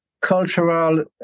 cultural